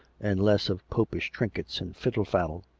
and less of popish trinkets and fiddle-faddle.